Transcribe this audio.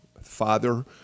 father